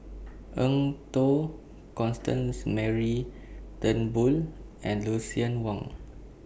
Eng Tow Constance Mary Turnbull and Lucien Wang